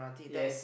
yes